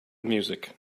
music